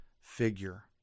figure